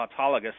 autologous